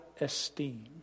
esteem